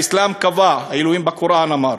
האסלאם קבע, אלוהים בקוראן אמר: